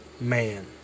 man